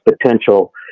potential